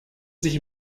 sich